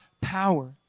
power